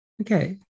Okay